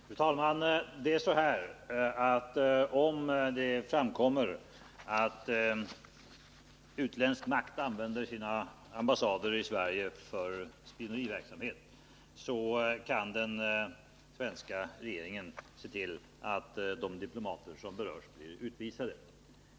Fru talman! Om det framkommer att utländsk makt använder sina ambassader i Sverige för spioneriverksamhet, kan den svenska regeringen se till att de diplomater som berörs blir utvisade.